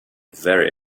very